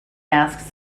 asks